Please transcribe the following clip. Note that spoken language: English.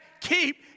keep